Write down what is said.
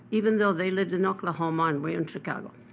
even though they lived in oklahoma and we in chicago.